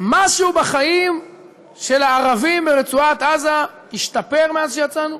משהו בחיים של הערבים ברצועת עזה השתפר מאז שיצאנו?